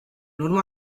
urma